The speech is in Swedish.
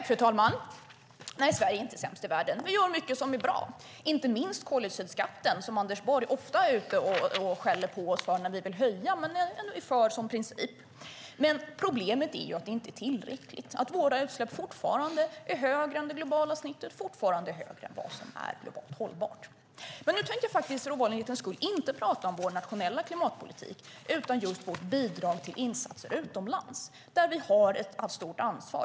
Fru talman! Sverige är inte sämst i världen. Vi gör mycket som är bra, inte minst gäller det koldioxidskatten. Anders Borg är ofta ute och skäller på oss när vi vill höja den. Men han är för den som princip. Men problemet är att detta inte är tillräckligt. Våra utsläpp är fortfarande högre än det globala snittet och högre än vad som är globalt hållbart. För ovanlighetens skull tänkte jag nu inte tala om vår nationella klimatpolitik utan om just vårt bidrag till insatser utomlands där vi har ett stort ansvar.